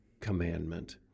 commandment